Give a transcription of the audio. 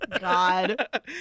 God